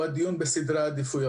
כוונתי לדיון בסדרי העדיפויות.